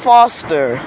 Foster